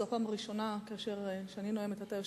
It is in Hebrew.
זו הפעם הראשונה שכאשר אני נואמת אתה יושב-ראש,